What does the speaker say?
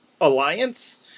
alliance